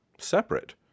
separate